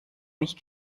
mich